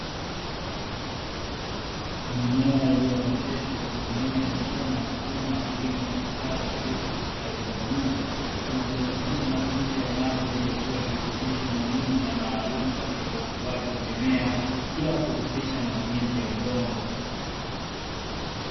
Mimea iliyooteshwa kwa kutumia njia na mfumo wa kilimo cha kisasa kabisa cha ki Hydroponic kinachohusisha matumizi ya maji yaliyotiwa virutubisho muhimu na maalum katika ukuaji wa mimea bila kuhusisha matumizi ya udongo.